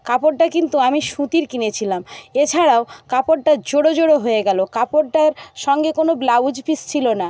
কাপড়টা কিন্তু আমি সুতির কিনেছিলাম এছাড়াও কাপড়টা জোড়ো জোড়ো হয়ে গেল কাপড়টার সঙ্গে কোনো ব্লাউজ পিস ছিল না